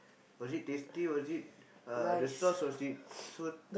was it tasty was it uh the sauce was it so